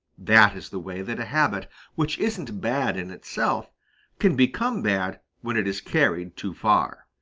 that is the way that a habit which isn't bad in itself can become bad when it is carried too far.